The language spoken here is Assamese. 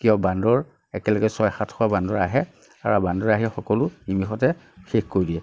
কিয় বান্দৰ একেলগে ছয় সাতশ বান্দৰ আহে আৰু বান্দৰ আহি সকলো নিমিষতে শেষ কৰি দিয়ে